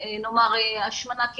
השמנת יתר,